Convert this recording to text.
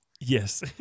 yes